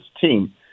team